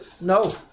No